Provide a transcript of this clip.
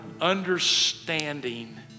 understanding